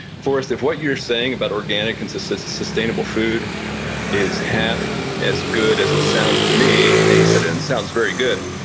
forrest if what you're saying about organic, consistent, sustainable food is half as good as it sounds to me, and he said, it and sounds very good,